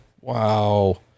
wow